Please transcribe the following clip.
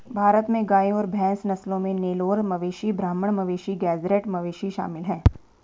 भारत में गाय और भैंस नस्लों में नेलोर मवेशी ब्राह्मण मवेशी गेज़रैट मवेशी शामिल है